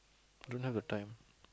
don't have the time